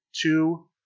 two